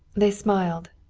they smiled.